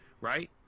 right